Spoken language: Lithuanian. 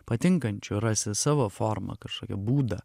patinkančiu rasi savo formą kažkokį būdą